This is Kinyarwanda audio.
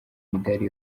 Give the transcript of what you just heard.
imidali